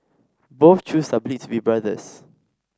both Chews are believed to be brothers